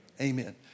Amen